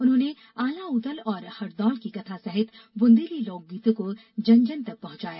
उन्होंने आल्हा उदल और हरदौल की कथा सहित बुंदेली लोकगीतों को जन जन तक पहुंचाया